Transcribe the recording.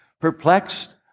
Perplexed